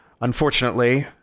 unfortunately